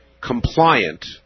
compliant